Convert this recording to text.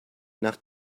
nach